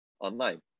online